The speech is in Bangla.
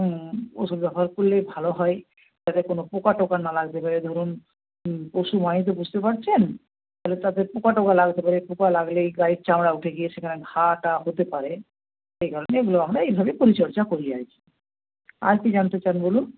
হুম ওষুধ ব্যবহার করলে ভালো হয় যাতে কোনো পোকা টোকা না লাগতে পারে ধরুন পশু মানেই তো বুঝতে পারছেন তাহলে তাদের পোকা টোকা লাগতে পারে পোকা লাগলেই গায়ের চামড়া উঠে গিয়ে সেখানে ঘা টা হতে পারে সেই কারণে এগুলো আমরা এভাবে পরিচর্যা করি আর কি আর কী জানতে চান বলুন